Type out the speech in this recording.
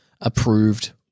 approved